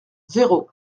zéro